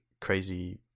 crazy